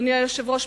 אדוני היושב-ראש,